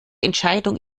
entscheidung